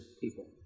people